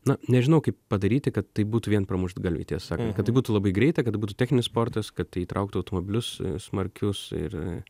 na nežinau kaip padaryti kad tai būtų vien pramuštgalviai tiesa kad tai būtų labai greita kad būtų techninis sportas kad tai įtrauktų automobilius smarkius ir